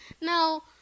Now